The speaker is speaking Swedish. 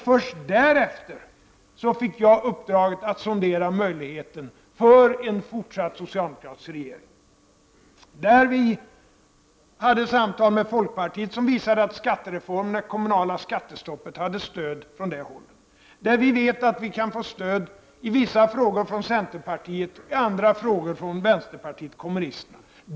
Först därefter fick jag uppdraget att sondera möjligheten för en fortsatt socialdemokratisk regering, varvid vi hade samtal med folkpartiet som visade att skattereformen och det kommunala skattestoppet hade stöd från det hållet. Vi vet också att vi i vissa frågor kan få stöd från centerpartiet, i andra frågor från vänsterpartiet kommunisterna.